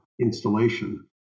installation